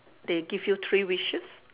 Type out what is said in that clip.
they give you three wishes